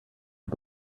are